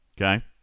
okay